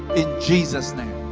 in jesus' name.